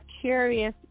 curious